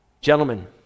Gentlemen